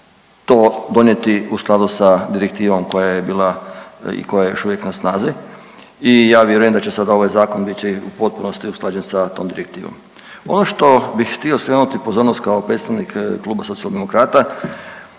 to donijeti u skladu sa direktivom koja je bila i koja je još uvijek na snazi i ja vjerujem da će sad ovaj zakon biti u potpunosti usklađen sa tom direktivom. Ono što bih htio skrenuti pozornost kao predstavnik Kluba Socijaldemokrata